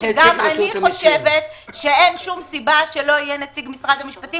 -- שגם אני חושבת שאין שום סיבה שלא יהיה נציג של משרד המשפטים